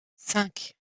cinq